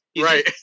Right